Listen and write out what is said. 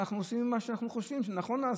ואנחנו עושים מה שאנחנו חושבים שנכון לעשות,